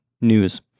news